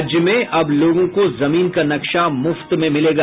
राज्य में अब लोगों को जमीन का नक्शा मुफ्त में मिलेगा